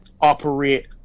operate